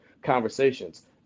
conversations